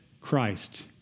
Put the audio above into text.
Christ